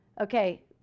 Okay